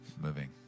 moving